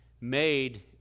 made